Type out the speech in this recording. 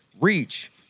reach